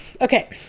Okay